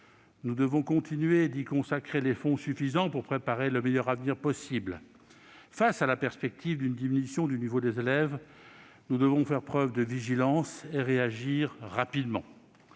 Nous devons continuer d'y consacrer les fonds suffisants pour préparer le meilleur avenir possible. Face à la perspective d'une diminution du niveau des élèves, nous devons faire preuve de vigilance et réagir rapidement.